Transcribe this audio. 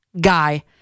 guy